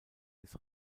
des